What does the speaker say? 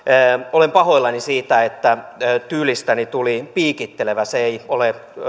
olen pahoillani siitä että tyylistäni tuli piikittelevä se ei ole